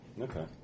Okay